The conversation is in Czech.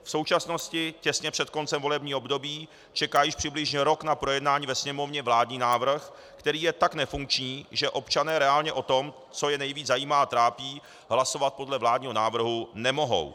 V současnosti, těsně před koncem volebního období, čeká již přibližně rok na projednání ve Sněmovně vládní návrh, který je tak nefunkční, že občané reálně o tom, co je nejvíce zajímá a trápí, hlasovat podle vládního návrhu nemohou.